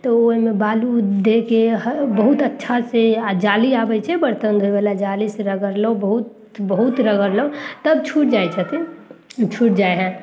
तऽ ओहिमे बालू दे के बहुत अच्छा से आ जाली आबै छै बर्तन धोय बला जाली से रगड़लहुॅं बहुत बहुत रगड़लहुॅं तब छूटि जाइ छथिन छूटि जाइ हइ